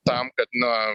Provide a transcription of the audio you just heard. tam kad na